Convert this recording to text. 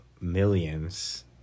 millions